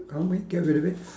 can't we get rid of it